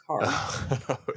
car